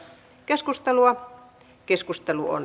keskustelua ei syntynyt